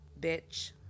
bitch